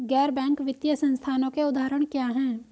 गैर बैंक वित्तीय संस्थानों के उदाहरण क्या हैं?